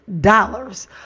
dollars